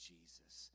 Jesus